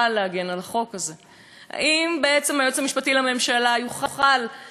האם היועץ המשפטי לממשלה יוכל להגן על החוק הזה?